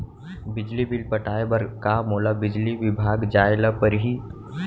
बिजली बिल पटाय बर का मोला बिजली विभाग जाय ल परही?